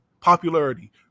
popularity